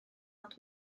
ond